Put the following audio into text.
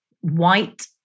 white